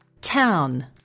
Town